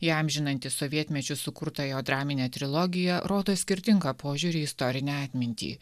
įamžinantį sovietmečiu sukurtą jo draminę trilogiją rodo skirtingą požiūrį į istorinę atmintį